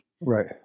Right